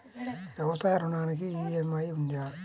వ్యవసాయ ఋణానికి ఈ.ఎం.ఐ ఉందా?